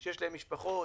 אפשר להגיש הסתייגות.